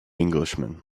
englishman